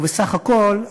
ובסך הכול,